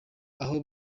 aho